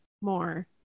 more